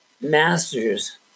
masters